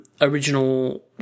original